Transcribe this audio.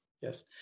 yes